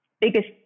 biggest